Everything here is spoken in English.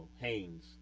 Haynes